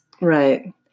right